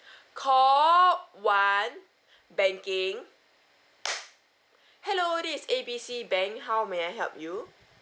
call one banking hello this is A B C bank how may I help you